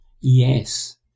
Yes